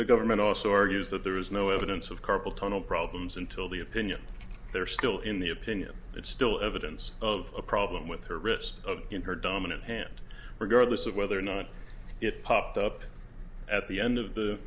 the government also argues that there is no evidence of carpal tunnel problems until the opinion they're still in the opinion it's still evidence of a problem with her wrist of in her dominant hand regardless of whether or not it popped up at the end of the